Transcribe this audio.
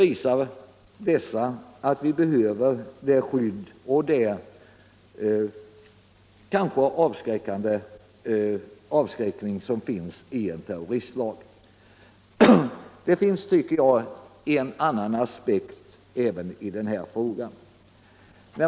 De visar i stället att vi behöver det skydd som terroristlagen ger genom den avskräckande effekt den har. Det finns ytterligare en aspekt på denna fråga.